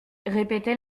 répétait